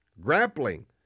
grappling